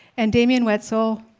and damian woetzel,